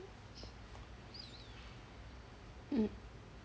mm